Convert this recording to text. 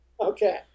Okay